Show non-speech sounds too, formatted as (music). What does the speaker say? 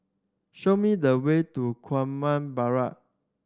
show me the way to (unintelligible) Barrack